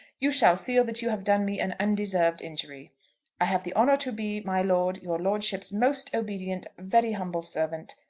you shall feel that you have done me an undeserved injury i have the honour to be, my lord, your lordship's most obedient, very humble servant,